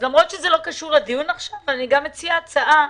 למרות שזה לא קשור לדיון עכשיו אני אציע הצעה,